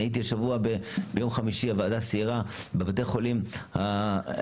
אני הייתי השבוע ביום חמישי הוועדה סיירה בבתי חולים הנצרתים